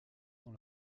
dans